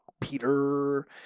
Peter